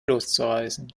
loszureißen